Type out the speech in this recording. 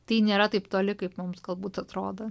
tai nėra taip toli kaip mums galbūt atrodo